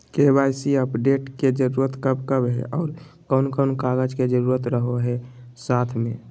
KYC update के जरूरत कब कब है और कौन कौन कागज के जरूरत रहो है साथ में?